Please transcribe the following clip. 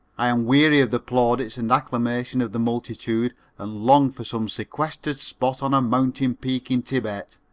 i am weary of the plaudits and acclamation of the multitude and long for some sequestered spot on a mountain peak in thibet.